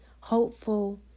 hopeful